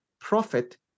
profit